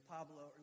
Pablo